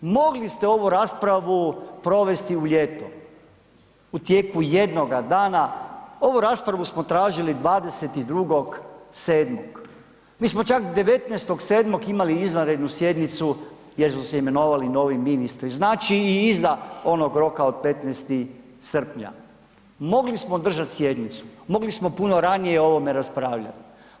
Mogli ste ovu raspravu provesti u ljeto, u tijeku jednoga dana, ovu raspravu smo tražili 22.7. mi smo čak 19.7. imali izvanrednu sjednicu jer su se imenovali novi ministri, znači i iza onoga roka od 15. srpnja, mogli smo održati sjednicu, mogli smo puno ranije o ovome raspravljati.